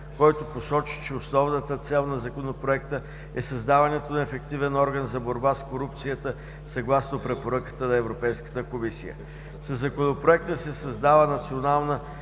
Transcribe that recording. който посочи, че основната цел на Законопроекта е създаването на ефективен орган за борба с корупцията съгласно препоръката на Европейската комисия. Със Законопроекта се създава Национална